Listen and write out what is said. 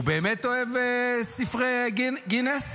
הוא באמת אוהב ספרי גינס?